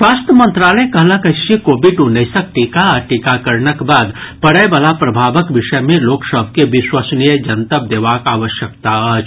स्वास्थ्य मंत्रालय कहलक अछि जे कोविड उन्नैसक टीका आ टीकाकरणक बाद पड़यवला प्रभावक विषय मे लोक सभ के विश्वसनीय जनतब देबाक आवश्यकता अछि